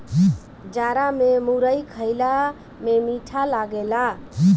जाड़ा में मुरई खईला में मीठ लागेला